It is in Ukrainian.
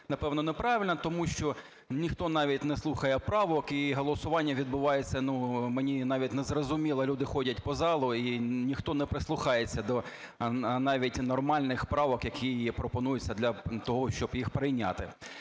напевне, неправильно. Тому що ніхто навіть не слухає правок і голосування відбувається, мені навіть не зрозуміло, люди ходять по залу і ніхто не прислухається до навіть нормальних правок, які пропонуються для того, щоб їх прийняти.